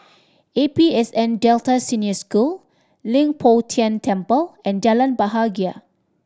A P S N Delta Senior School Leng Poh Tian Temple and Jalan Bahagia